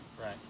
Right